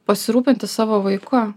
pasirūpinti savo vaiku